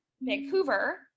Vancouver